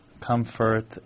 comfort